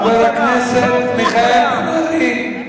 קמפוס ענק.